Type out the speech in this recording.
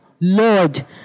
Lord